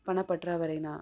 பணப்பற்றா வரை நான்